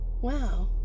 Wow